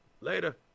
Later